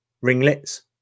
ringlets